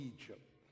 Egypt